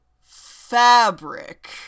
fabric